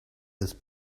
his